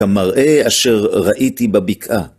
המראה אשר ראיתי בבקעה.